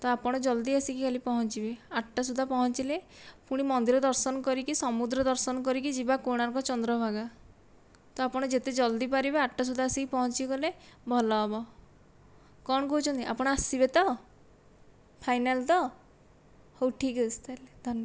ତ ଆପଣ ଜଲ୍ଦି ଆସିକି କାଲି ପହଞ୍ଚିବେ ଆଠଟା ସୁଦ୍ଧା ପହଞ୍ଚିଲେ ପୁଣି ମନ୍ଦିର ଦର୍ଶନ କରି କି ସମୁଦ୍ର ଦର୍ଶନ କରି କି ଯିବା କୋଣାର୍କ ଚନ୍ଦ୍ରଭାଗା ତ ଆପଣ ଯେତେ ଜଲ୍ଦି ପାରିବେ ଆଠଟା ସୁଦ୍ଧା ଆସିକି ପହଞ୍ଚି ଗଲେ ଭଲ ହେବ କ'ଣ କହୁଛନ୍ତି ଆପଣ ଆସିବେ ତ ଫାଇନାଲ ତ ହେଉ ଠିକ୍ ଅଛି ତା'ହେଲେ ଧନ୍ୟବାଦ